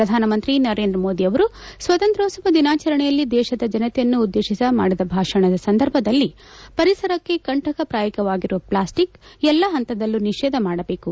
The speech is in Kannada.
ಪ್ರಧಾನಮಂತ್ರಿ ನರೇಂದ್ರ ಮೋದಿ ಅವರು ಸ್ವಾತಂತ್ರ್ಯೋತ್ಲವ ದಿನಾಚರಣೆಯಲ್ಲಿ ದೇಶದ ಜನತೆಯನ್ನು ಉದ್ದೇಶಿಸಿ ಮಾಡಿದ ಭಾಷಣದ ಸಂದರ್ಭದಲ್ಲಿ ಪರಿಸರಕ್ಕೆ ಕಂಠಕ ಪ್ರಾಯವಾಗಿರುವ ಪ್ಲಾಸ್ಲಿಕ್ ಎಲ್ಲ ಹಂತದಲ್ಲೂ ನಿಷೇಧ ಮಾಡಬೇಕು